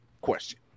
question